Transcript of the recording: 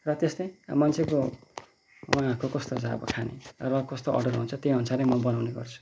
र त्यस्तै अब मान्छेको उहाँहरूको कस्तो छ अब खाने र कस्तो अर्डर हुन्छ त्यहीअनुसारै म बनाउने गर्छु